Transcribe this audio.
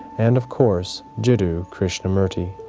and of course, jiddu krishnamurti.